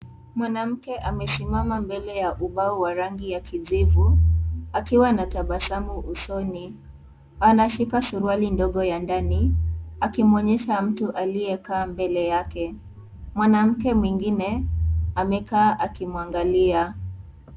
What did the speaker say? Mwanamke amesimama mbele ya ubao wa rangi ya kijivu akiwa na tabasamu usoni, anashika suruali ndogo ya ndani akimuonyesha mtu aliyekaa mbele yake, mwanamke mwingine, amekaa akimwangalia.